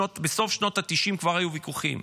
בסוף שנות התשעים כבר היו ויכוחים,